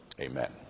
amen